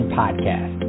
podcast